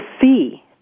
see